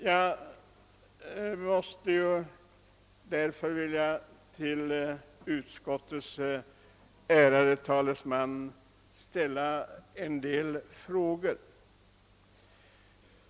Till utskottets ärade talesman skulle jag därför vilja ställa en del frågor.